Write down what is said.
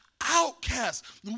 outcasts